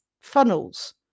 funnels